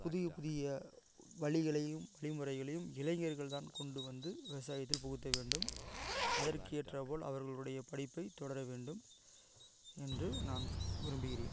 புதிய புதிய வழிகளையும் வழி முறைகளையும் இளைஞர்கள் தான் கொண்டு வந்து விவசாயத்தில் புகுத்த வேண்டும் அதற்கேற்றாற் போல் அவர்களுடைய படிப்பை தொடர வேண்டும் என்று நான் விரும்புகிறேன்